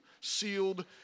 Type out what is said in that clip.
sealed